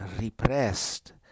repressed